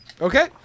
Okay